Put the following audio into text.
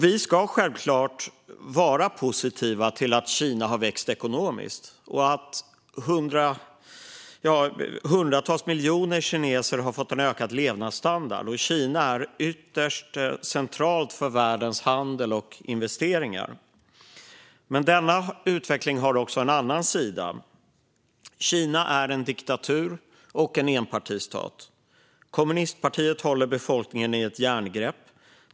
Vi ska självklart vara positiva till att Kina har växt ekonomiskt och hundratals miljoner kineser har fått höjd levnadsstandard. Kina är ytterst centralt för världens handel och investeringar. Men denna utveckling har också en annan sida. Kina är en diktatur och en enpartistat. Kommunistpartiet håller befolkningen i ett järngrepp.